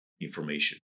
information